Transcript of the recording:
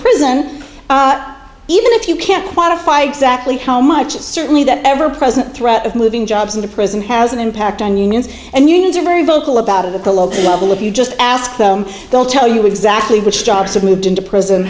prison even if you can't quantify exactly how much certainly that ever present threat of moving jobs in the prison has an impact on unions and unions are very vocal about it at the local level if you just ask them they'll tell you exactly which jobs have moved into prison